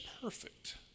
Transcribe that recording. perfect